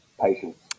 patience